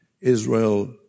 Israel